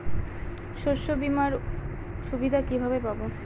শস্যবিমার সুবিধা কিভাবে পাবো?